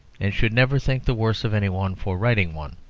and should never think the worse of any one for writing one.